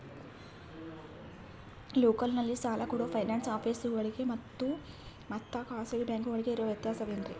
ಲೋಕಲ್ನಲ್ಲಿ ಸಾಲ ಕೊಡೋ ಫೈನಾನ್ಸ್ ಆಫೇಸುಗಳಿಗೆ ಮತ್ತಾ ಖಾಸಗಿ ಬ್ಯಾಂಕುಗಳಿಗೆ ಇರೋ ವ್ಯತ್ಯಾಸವೇನ್ರಿ?